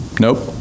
Nope